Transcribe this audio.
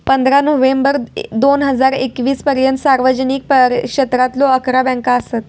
पंधरा नोव्हेंबर दोन हजार एकवीस पर्यंता सार्वजनिक क्षेत्रातलो अकरा बँका असत